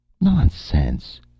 Nonsense